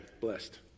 Blessed